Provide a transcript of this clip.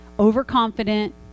overconfident